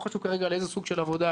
לא חשוב כרגע על איזה סוג של עבודה,